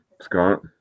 Scott